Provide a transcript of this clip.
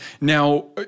Now